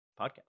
podcast